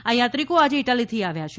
આ યાત્રિકો આજે ઇટાલીથી આવ્યા છે